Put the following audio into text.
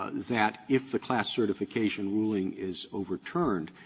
ah that if the class certification ruling is overturned,